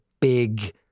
big